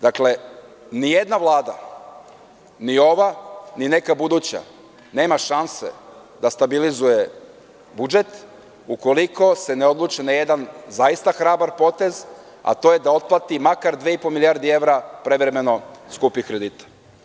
Dakle, nijedna Vlada, ni ova, ni neka buduća, nema šanse da stabilizuje budžet, ukoliko se ne odluči na jedan zaista hrabar potez, a to je da otplati makar 2,5 milijardi evra prevremeno skupih kredita.